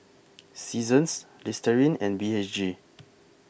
Seasons Listerine and B H G